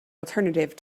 alternative